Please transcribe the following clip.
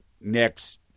next